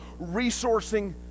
resourcing